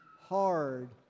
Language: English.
hard